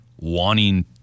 wanting